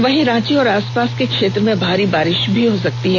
वहीं रांची और आसपास के क्षेत्र में भारी बारिश भी हो सकती है